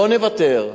לא נוותר.